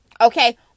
Okay